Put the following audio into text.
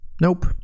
Nope